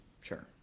Sure